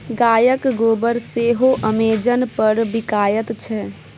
गायक गोबर सेहो अमेजन पर बिकायत छै